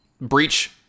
breach